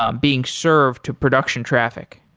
um being served to production traffic?